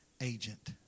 agent